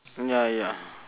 ya ya